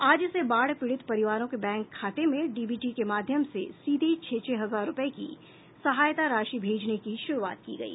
आज से बाढ़ पीड़ित परिवारों के बैंक खातों में डीबीटी के माध्यम से सीधे छह छह हजार रूपये की सहायता राशि भेजने की शुरूआत की गयी